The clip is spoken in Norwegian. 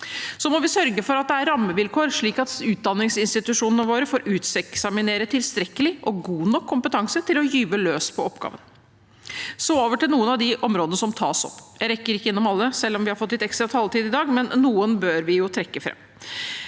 Da må vi sørge for at rammevilkårene er slik at utdanningsinstitusjonene våre får uteksaminere tilstrekkelig og god nok kunnskap til å gyve løs på oppgaven. Så vil jeg gå over til noen av de områdene som tas opp. Jeg rekker ikke innom alle, selv om vi har fått litt ekstra taletid i dag, men noen bør vi jo trekke fram.